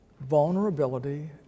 Vulnerability